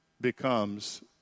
becomes